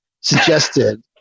suggested